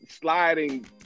sliding